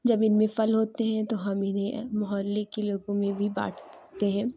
جب ان میں پھل ہوتے ہیں تو ہم انہیں محلے کے لوگوں میں بھی بانٹتے ہیں